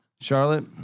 Charlotte